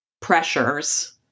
pressures